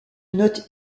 note